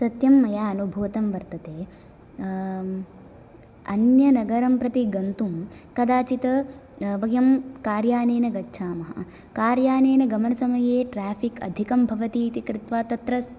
सत्यं मया अनुभूतं वर्तते अन्यनगरं प्रति गन्तुं कदाचित् वयं कार्यानेन गच्छामः कार्यानेन गमनसमये ट्रेफिक् अधिकं भवति इति कृत्वा तत्र